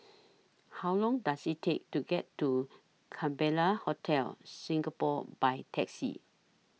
How Long Does IT Take to get to Capella Hotel Singapore By Taxi